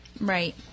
Right